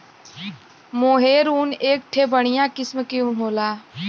मोहेर ऊन एक ठे बढ़िया किस्म के ऊन होला